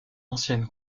ancienne